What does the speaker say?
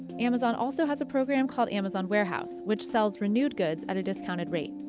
amazon also has a program called amazon warehouse, which sells renewed goods at a discounted rate.